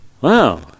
wow